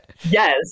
yes